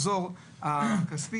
גזרת הכשרות?